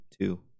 two